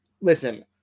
Listen